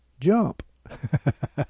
Jump